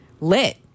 lit